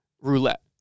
roulette